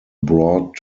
brought